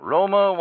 Roma